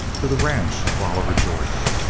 to the ranch of oliver jordan.